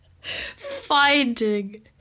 Finding